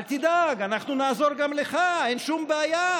אל תדאג, אנחנו נעזור גם לך, אין שום בעיה.